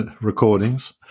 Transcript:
recordings